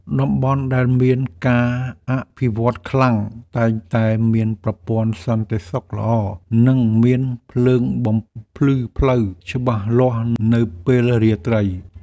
តំបន់ដែលមានការអភិវឌ្ឍខ្លាំង តែងតែមានប្រព័ន្ធសន្តិសុខល្អ និងមានភ្លើងបំភ្លឺផ្លូវច្បាស់លាស់នៅពេលរាត្រី។